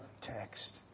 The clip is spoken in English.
text